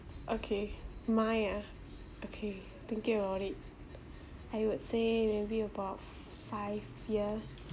okay my ah okay thinking about it I would say maybe about f~ five years